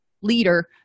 leader